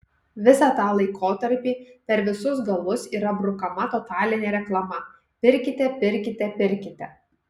visą tą laikotarpį per visus galus yra brukama totalinė reklama pirkite pirkite pirkite